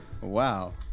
Wow